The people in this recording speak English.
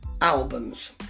albums